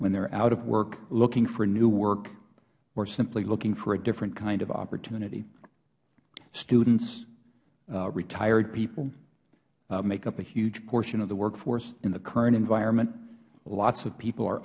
when they are out of working looking for new work or simply looking for a different kind of opportunity students retired people make up a huge portion of the work force in the current environment lots of people are